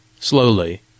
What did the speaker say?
Slowly